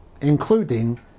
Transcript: including